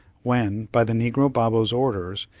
when, by the negro babo's orders,